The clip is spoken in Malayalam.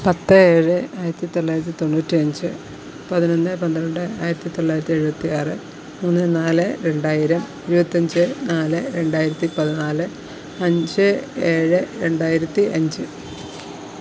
പത്ത് ഏഴ് ആയിരത്തി തൊള്ളായിരത്തി തൊണ്ണൂറ്റി അഞ്ച് പതിനൊന്ന് പന്ത്രണ്ട് ആയിരത്തി തൊള്ളായിരത്തി എഴുപത്തി ആറ് മൂന്ന് നാല് രണ്ടായിരം ഇരുപത്തഞ്ച് നാല് രണ്ടായിരത്തി പതിനാല് അഞ്ച് ഏഴ് രണ്ടായിരത്തി അഞ്ച്